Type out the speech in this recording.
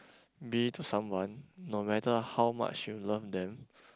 be to someone no matter how much you love them